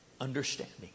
understanding